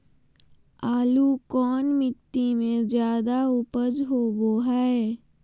आलू कौन मिट्टी में जादा ऊपज होबो हाय?